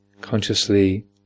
consciously